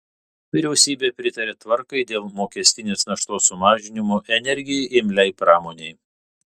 vyriausybė pritarė tvarkai dėl mokestinės naštos sumažinimo energijai imliai pramonei